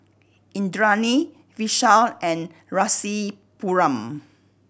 Indranee Vishal and Rasipuram